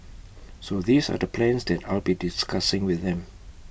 so these are the plans that I'll be discussing with them